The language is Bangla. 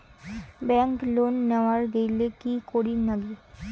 ব্যাংক লোন নেওয়ার গেইলে কি করীর নাগে?